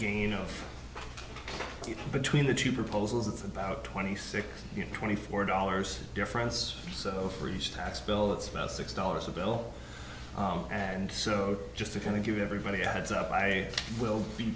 know between the two proposals it's about twenty six to twenty four dollars difference so for each tax bill it's about six dollars a bill and so just to kind of give everybody a heads up i will be